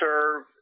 serve